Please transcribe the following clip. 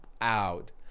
out